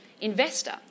Investor